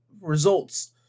results